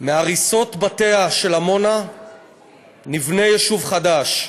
מהריסות בתיה של עמונה נבנה יישוב חדש,